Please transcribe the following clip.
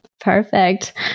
Perfect